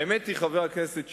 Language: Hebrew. האמת היא, חבר הכנסת שטרית,